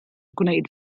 gwneud